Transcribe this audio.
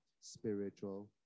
spiritual